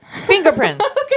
Fingerprints